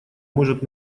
может